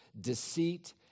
deceit